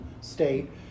state